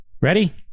Ready